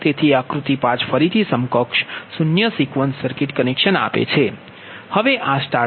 તેથી આકૃતિ 5 ફરીથી સમકક્ષ શૂન્ય સિક્વન્સ સર્કિટ કનેક્શન આપે છે હવે આ સ્ટાર સ્ટાર છે